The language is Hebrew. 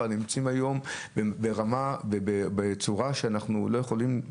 אבל אנחנו נמצאים היום בצורה שאנחנו לא יכולים,